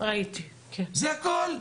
זה הכל.